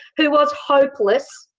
who was hopeless,